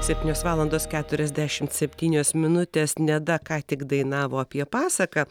septynios valandos keturiasdešimt septynios minutės neda ką tik dainavo apie pasaką